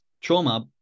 trauma